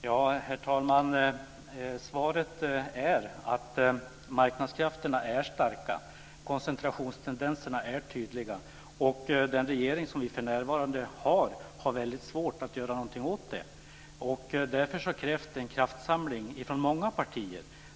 Herr talman! Svaret är att marknadskrafterna är starka, och koncentrationstendenserna är tydliga. Den regering som vi för närvarande har har väldigt svårt att göra någonting åt det. Därför krävs det en kraftsamling från många partier.